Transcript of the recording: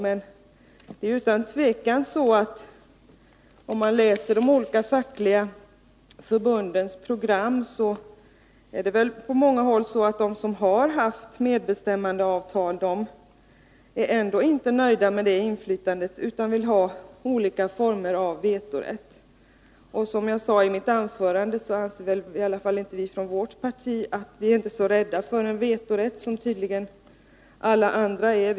Men det är utan tvekan så att om man läser de olika fackliga förbundens program finner man att de som haft medbestämmandeavtal på många håll ändå inte är nöjda med det medinflytandet utan vill ha olika former av vetorätt. Som jag sade i mitt första anförande är i alla fall vi inom vpk inte så rädda för en vetorätt som alla andra tydligen är.